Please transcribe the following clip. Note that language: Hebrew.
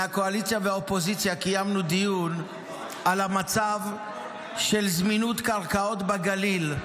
מהקואליציה ומהאופוזיציה קיימנו דיון על המצב של זמינות קרקעות בגליל.